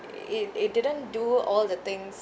it it didn't do all the things